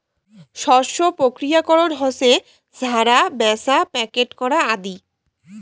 শস্য প্রক্রিয়াকরণ হসে ঝাড়া, ব্যাছা, প্যাকেট করা আদি